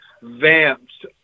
vamps